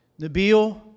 Nabil